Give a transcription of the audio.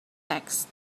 texts